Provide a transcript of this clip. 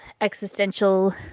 existential